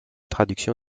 traduction